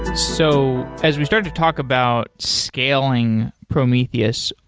so as we started to talk about scaling prometheus,